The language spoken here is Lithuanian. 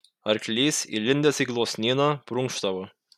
arklys įlindęs į gluosnyną prunkštavo